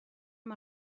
amb